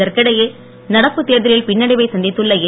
இதற்கிடையே நடப்பு தேர்தலில் பின்னடைவை சந்தித்துள்ள என்